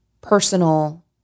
personal